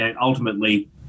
ultimately